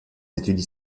études